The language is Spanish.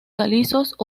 calizos